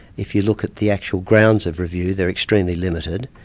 if you look at the actual grounds of review, they're extremely limited.